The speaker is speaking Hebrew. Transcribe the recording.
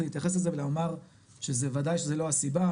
להתייחס אל זה ולומר שוודאי שזו לא הסיבה,